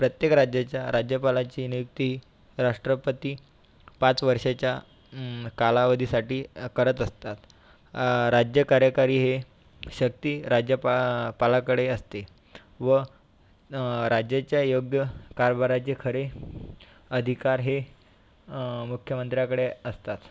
प्रत्येक राज्याच्या राज्यपालाची नियुक्ती राष्ट्रपती पाच वर्षाच्या कालावधीसाठी करत असतात राज्य कार्यकारी हे शक्ती राज्यपा पालाकडे अस्ते व राज्याच्या योग्य कारभाराचे खरे अधिकार हे मुख्यमंत्र्याकडे असतात